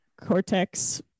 cortex